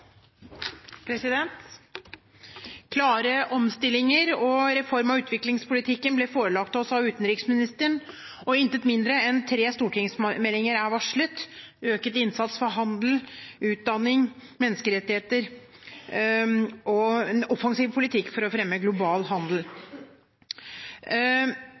Klare omstillinger og reform av utviklingspolitikken ble forelagt oss av utenriksministeren, og intet mindre enn tre stortingsmeldinger er varslet: økt innsats for handel, utdanning, menneskerettigheter og en offensiv politikk for å fremme global handel.